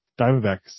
Diamondbacks